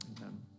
amen